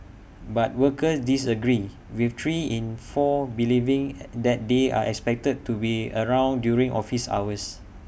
but workers disagreed with three in four believing at that they are expected to be around during office hours